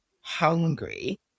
hungry